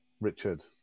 Richard